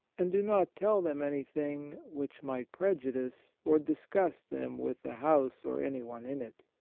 and do not tell them anything which might prejudice or disgust them with the house or anyone in it.